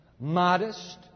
modest